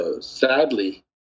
Sadly